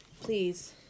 Please